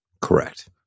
Correct